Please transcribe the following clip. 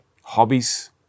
Hobbies